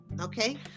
okay